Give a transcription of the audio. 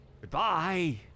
Goodbye